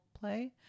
play